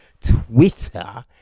Twitter